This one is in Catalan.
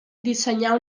dissenyar